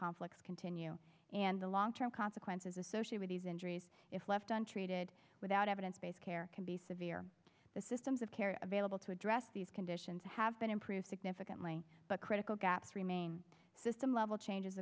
conflicts continue and the long term consequences associate with these injuries if left untreated without evidence based care can be severe the systems of care available to address these conditions have been improved significantly but critical gaps remain system level changes